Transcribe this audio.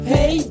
Hey